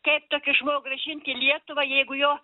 kaip tokį žmogų grąžint į lietuvą jeigu jo